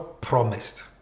promised